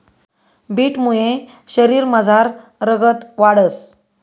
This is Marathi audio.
बीटमुये शरीरमझार रगत वाढंस